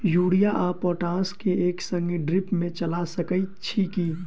Urea आ potash केँ एक संगे ड्रिप मे चला सकैत छी की?